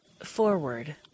forward